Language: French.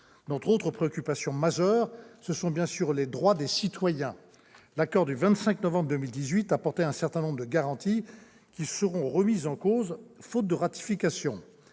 Notre autre préoccupation essentielle, ce sont bien sûr les droits des citoyens. L'accord du 25 novembre 2018 apportait un certain nombre de garanties qui seraient remises en cause faute de ratification.